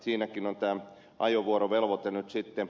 siinäkin on tämä ajovuorovelvoite nyt sitten